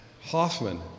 Hoffman